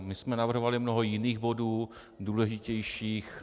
My jsme navrhovali mnoho jiných bodů, důležitějších.